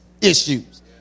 issues